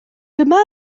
dyma